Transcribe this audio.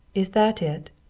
is that it?